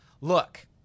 look